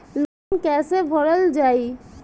Loan कैसे भरल जाइ?